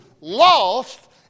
lost